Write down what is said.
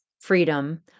freedom